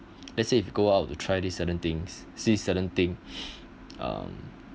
let's say if you go out to try these certain things see certain thing um